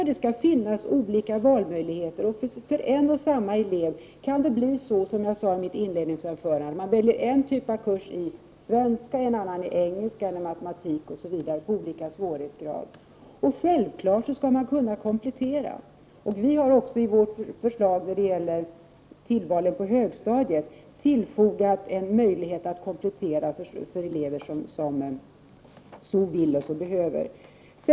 Ja, det skall finnas valmöjligheter. En och samma elev kan, som jag sade i mitt inledningsanförande, välja en kurs av en svårighetsgrad i svenska, en kurs av annan svårighetsgrad i engelska eller matematik, osv. Och självfallet skall man kunna komplettera. Vi har i vårt förslag när det gäller tillvalen på högstadiet också tillfogat en möjlighet att komplettera för elever som vill och behöver det.